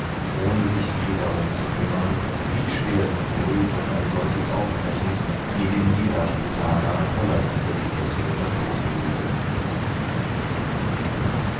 ohne sich viel darum zu kümmern wie schwer sie wohl durch ein solches aufbrechen gegen die rajputaner palastetikette verstoßen möge